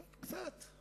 אבל קצת,